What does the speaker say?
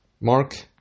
Mark